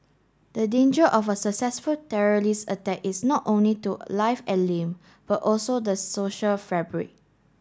the danger of a successful terrorist attack is not only to life and limb but also the social fabric